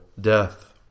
death